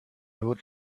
would